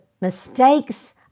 mistakes